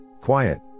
Quiet